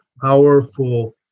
powerful